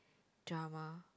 drama